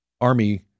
Army